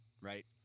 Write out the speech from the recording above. right